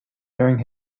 during